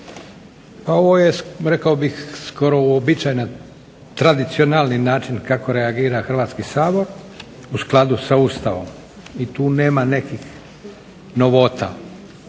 Pa ovo je rekao bih skoro uobičajena tradicionalni način kako reagira Hrvatski sabor u skladu sa Ustavom i tu nema nekih novota.